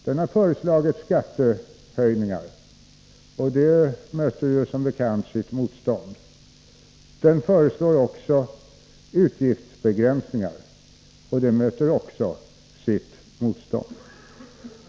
Den har föreslagit skattehöjningar, och det möter som bekant sitt motstånd. Den föreslår också utgiftsbegränsningar, och även det möter sitt motstånd.